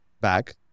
back